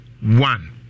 one